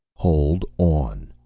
hold on.